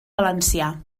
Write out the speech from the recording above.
valencià